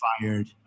fired